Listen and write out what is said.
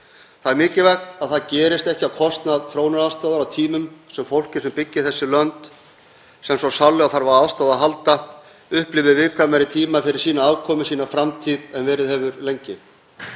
Það er mikilvægt að það gerist ekki á kostnað þróunaraðstoðar á tímum þegar fólkið sem byggir þessi lönd og þarf svo sárlega þarf á aðstoð að halda upplifir viðkvæmari tíma fyrir afkomu sína, framtíð sína, en verið hefur lengi.